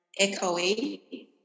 echoey